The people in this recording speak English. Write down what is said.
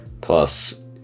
plus